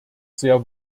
sehr